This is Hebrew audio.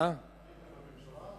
לא הייתם בממשלה אז?